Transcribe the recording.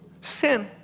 sin